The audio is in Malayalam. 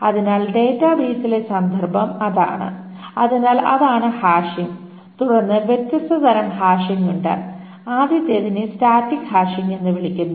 അതിനാൽ ഡാറ്റാബേസിലെ സന്ദർഭം അതാണ് അതിനാൽ അതാണ് ഹാഷിംഗ് തുടർന്ന് വ്യത്യസ്ത തരം ഹാഷിംഗ് ഉണ്ട് ആദ്യത്തേതിനെ സ്റ്റാറ്റിക് ഹാഷിംഗ് എന്ന് വിളിക്കുന്നു